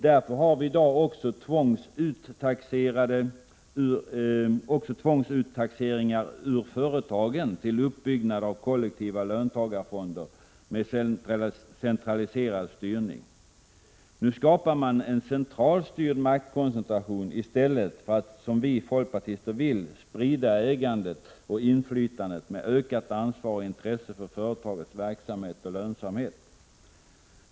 Därför har vi i dag också tvångsuttaxeringar ur företagen till uppbyggnad av kollektiva löntagarfonder med centraliserad styrning. Nu skapar man en centralstyrd maktkoncentration i stället för att, som vi folkpartister vill, sprida ägande och inflytande med ökat ansvar och intresse för företagets verksamhet och lönsamhet.